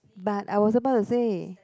but I was about to say